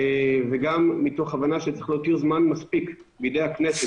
וגם מוך הבנה שצריך להותיר זמן מספיק בידי הכנסת,